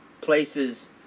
places